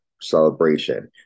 celebration